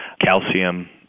calcium